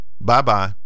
bye-bye